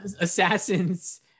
Assassins